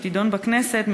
שתידון בכנסת,